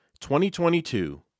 2022